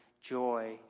joy